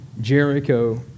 Jericho